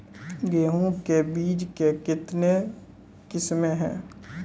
गेहूँ के बीज के कितने किसमें है?